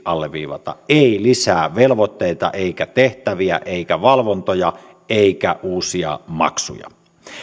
alleviivata ei lisää velvoitteita eikä tehtäviä eikä valvontoja eikä uusia maksuja